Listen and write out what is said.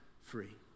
free